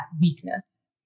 weakness